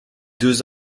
deux